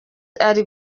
ari